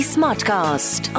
Smartcast